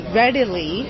readily